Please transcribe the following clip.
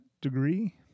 degree